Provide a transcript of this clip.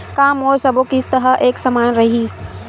का मोर सबो किस्त ह एक समान रहि?